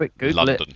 London